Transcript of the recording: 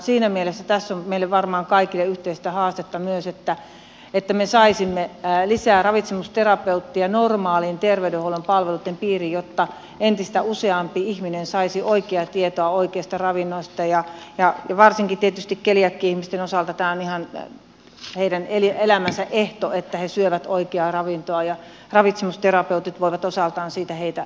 siinä mielessä tässä on varmaan meille kaikille yhteistä haastetta myös että me saisimme lisää ravitsemusterapeutteja normaalin terveydenhuollon palveluitten piiriin jotta entistä useampi ihminen saisi oikeaa tietoa oikeasta ravinnosta ja varsinkin tietysti keliakiaihmisten osalta tämä on ihan heidän elämänsä ehto että he syövät oikeaa ravintoa ja ravitsemusterapeutit voivat osaltaan siinä heitä